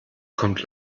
kommt